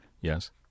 Yes